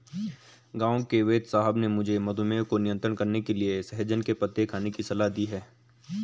गांव के वेदसाहब ने मुझे मधुमेह को नियंत्रण करने के लिए सहजन के पत्ते खाने की सलाह दी है